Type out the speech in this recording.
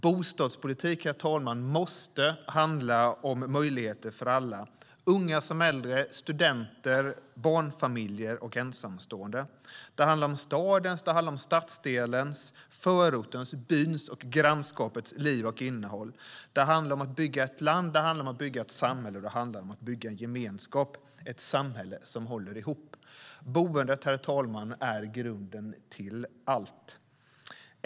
Bostadspolitik måste handla om möjligheter för alla - unga och äldre, studenter, barnfamiljer och ensamstående. Det handlar om stadens, stadsdelens, förortens, byns och grannskapets liv och innehåll. Det handlar om att bygga ett land, att bygga ett samhälle och att bygga gemenskap. Det handlar om att bygga ett samhälle som håller ihop. Boendet är grunden till allt.